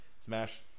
Smash